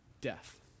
death